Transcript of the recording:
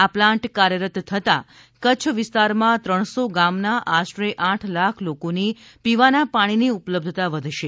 આ પ્લાન્ટ કાર્યરત થતાં કચ્છ વિસ્તારમાં ત્રણસો ગામના આશરે આઠ લાખ લોકોની પીવાના પાણીની ઉપલબ્ધતા વધશે